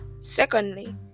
Secondly